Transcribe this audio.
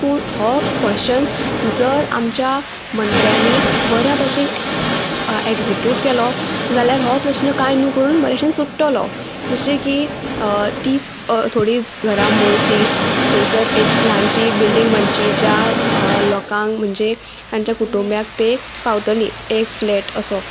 पूण हो क्वोशन जर आमच्या मंत्र्यांनी बऱ्या भशेन एग्जिक्यूट केलो जाल्यार हो प्रस्न कांय न्हू करून बरे भशेन सुट्टलो जशें की तीस थोडी घरां मोडचीं थंयसर एक ल्हानची बिल्डींग बांदची ज्या लोकांक म्हणजे तांच्या कुटुंब्याक तें पावतली एक फ्लेट असो